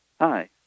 Hi